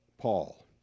Paul